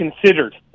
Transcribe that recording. considered